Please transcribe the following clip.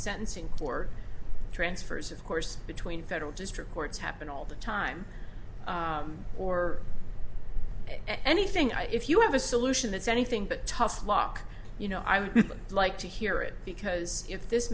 sentencing for transfers of course between federal district courts happen all the time or anything i if you have a solution that's anything but tough luck you know i would like to hear it because if this